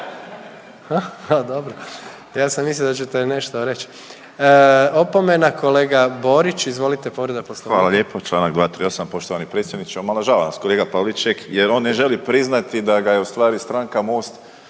Ja sam mislio da ćete nešto reći. Opomena. Kolega Borić, izvolite povreda Poslovnika. **Borić, Josip (HDZ)** Hvala lijepo. Članak 238. Poštovani predsjedniče omalovažava nas kolega Pavliček jer on ne želi priznati da ga je u stvari stranka Most